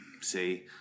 see